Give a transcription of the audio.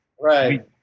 right